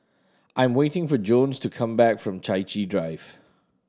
I am waiting for Jones to come back from Chai Chee Drive